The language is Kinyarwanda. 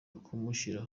kumushyira